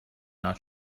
not